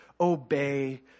obey